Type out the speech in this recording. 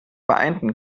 vereinten